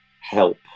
help